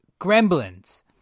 Gremlins